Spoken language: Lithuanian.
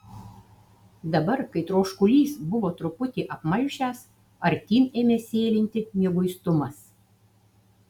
dabar kai troškulys buvo truputį apmalšęs artyn ėmė sėlinti mieguistumas